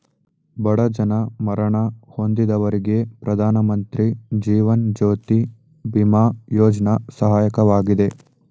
ಬಡ ಜನ ಮರಣ ಹೊಂದಿದವರಿಗೆ ಪ್ರಧಾನಮಂತ್ರಿ ಜೀವನ್ ಜ್ಯೋತಿ ಬಿಮಾ ಯೋಜ್ನ ಸಹಾಯಕವಾಗಿದೆ